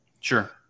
Sure